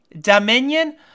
Dominion